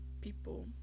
people